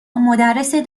مدرس